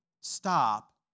stop